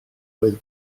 oedd